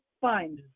fine